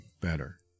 better